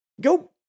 go